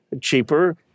cheaper